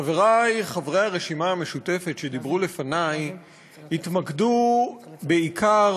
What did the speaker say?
חברי חברי הרשימה המשותפת שדיברו לפני התמקדו בעיקר